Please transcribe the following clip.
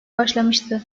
başlamıştı